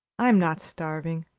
i'm not starving,